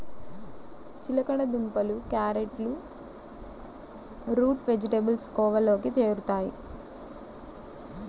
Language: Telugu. చిలకడ దుంపలు, క్యారెట్లు రూట్ వెజిటేబుల్స్ కోవలోకి చేరుతాయి